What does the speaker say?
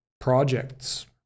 Projects